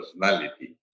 personality